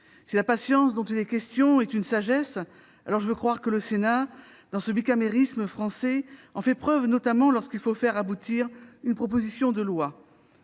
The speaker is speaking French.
Si la patience dont il est question est une sagesse, alors je veux croire que le Sénat, dans ce bicamérisme français, en fait notamment preuve lorsqu'il faut faire aboutir une proposition de loi.